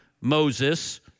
Moses